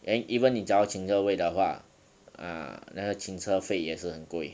then even if 你找到停车位的话 ah 那个停车费也是很贵